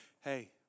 hey